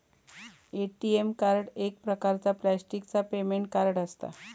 ATM card एक प्रकारचा प्लॅस्टिकचा पेमेंट कार्ड असता